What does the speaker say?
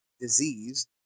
disease